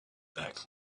back